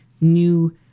new